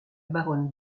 baronne